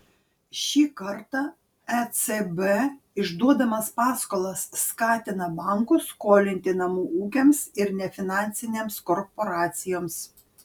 šį kartą ecb išduodamas paskolas skatina bankus skolinti namų ūkiams ir nefinansinėms korporacijoms